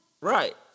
Right